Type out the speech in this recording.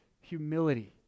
humility